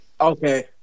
Okay